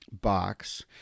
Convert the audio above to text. box